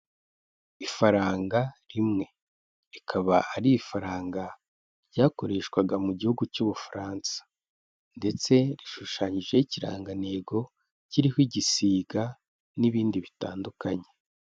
Ifaranga rimwe, rikaba ari ifaranga ryakoreshwaga mu gihugu cy'ubu Bufaransa ndetse rishushanyijeho ikirangantego kiriho igisiga n'ibindi bitandukanye.